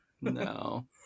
No